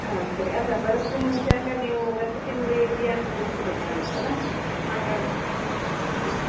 ಹಾಂ ಸರಿ ಅಲ್ಲ ಬರೋದಕ್ಕು ಮುಂಚೆ ಅಂದರೆ ನೀವು ವಸತಿ ನಿಲಯ ಇದೆಯಾ ಅಂತ ತಿಳ್ಕೊಬೇಕಾಗಿತ್ತಲ್ಲ ಹಾಗಾಗಿ ಹಾಂ